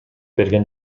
берген